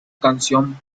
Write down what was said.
canción